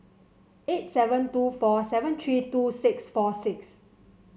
eight seven two four seven three two six four six